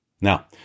Now